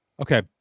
Okay